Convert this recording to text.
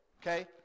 okay